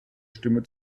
stimme